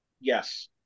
Yes